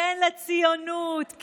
כן לציונות,